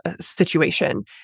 situation